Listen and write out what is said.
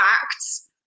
facts